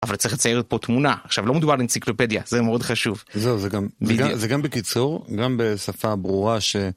אבל צריך לצייר פה תמונה עכשיו לא מדובר אנציקלופדיה זה מאוד חשוב זה גם בקיצור גם בשפה ברורה ש.